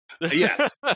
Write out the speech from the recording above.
Yes